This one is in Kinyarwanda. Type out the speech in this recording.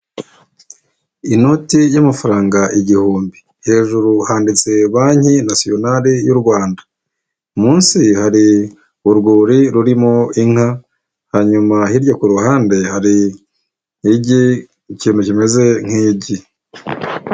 Inoti y'amafaranga igihumbi. Hejuru handitse Banki Nasiyonari y'u Rwanda. Munsi hari urwuri rurimo inka, hanyuma hirya ku ruhande, hari igi, ikintu kimeze nk'igi.